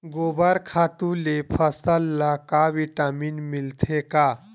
गोबर खातु ले फसल ल का विटामिन मिलथे का?